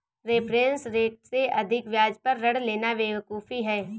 reference rate से अधिक ब्याज पर ऋण लेना बेवकूफी है